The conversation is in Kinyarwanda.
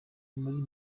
muri